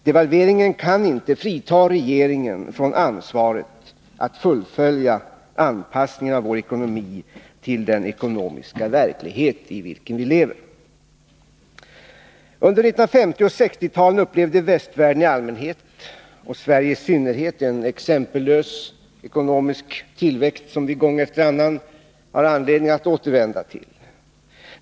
Devalveringen kan inte frita regeringen från ansvaret att fullfölja anpassningen av vår ekonomi till den ekonomiska verklighet i vilken vi lever. Under 1950 och 1960-talen upplevde västvärlden i allmänhet och Sverige i synnerhet en exempellös ekonomisk tillväxt, som vi gång efter annan har anledning att återkomma till.